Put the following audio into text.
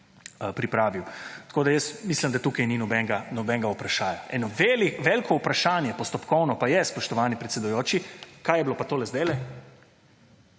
pripravil. Jaz mislim, da tukaj ni nobenega vprašaja. Veliko vprašanje postopkovno pa je spoštovani predsedujoči kaj je bilo pa to sedaj?